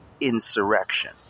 insurrection